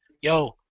Yo